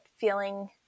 feeling